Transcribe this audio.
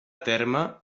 terme